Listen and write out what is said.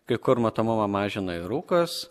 kai kur matomumą mažina ir rūkas